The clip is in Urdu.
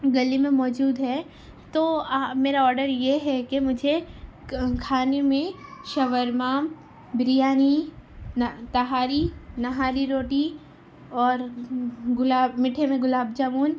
گلی میں موجود ہے تو میرا آرڈر یہ ہے کہ مجھے کھانے میں شاورما بریانی نا تہاری نہاری روٹی اور گلاب میٹھے میں گلاب جامن